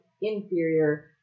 inferior